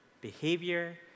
behavior